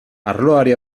arloari